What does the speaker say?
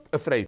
afraid